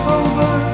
over